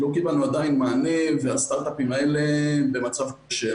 לא קיבלנו עדיין מענה והסטארט-אפים האלה במצב קשה.